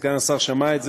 ואני מרגישה את זה,